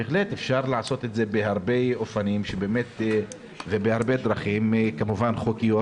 בהחלט אפשר לעשות את זה בהרבה אופנים ובהרבה דרכים כמובן חוקיות,